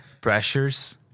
pressures—